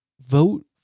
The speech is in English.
Vote